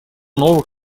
новых